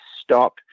stop